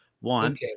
one